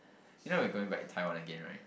you know we're going back to Taiwan again right